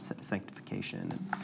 sanctification